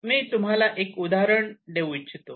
मी तुम्हाला एक उदाहरण देऊ इच्छितो